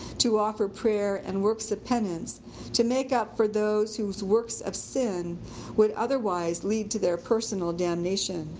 to offer prayer and works of penance to make up for those whose works of sin would otherwise lead to their personal damnation.